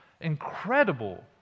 incredible